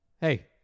Hey